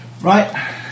right